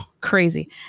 crazy